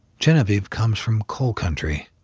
genevieve comes from coal country.